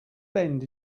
bend